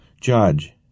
Judge